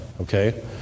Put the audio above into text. okay